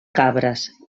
cabres